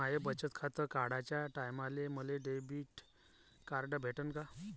माय बचत खातं काढाच्या टायमाले मले डेबिट कार्ड भेटन का?